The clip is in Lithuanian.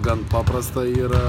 gan paprasta ir